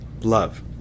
love